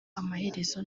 amaherezo